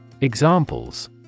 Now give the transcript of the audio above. Examples